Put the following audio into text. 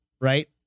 right